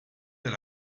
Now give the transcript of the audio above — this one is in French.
dans